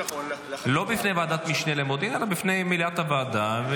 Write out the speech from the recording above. לא בפני ועדת משנה למודיעין אלא בפני מליאת הוועדה.